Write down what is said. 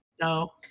no